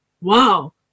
wow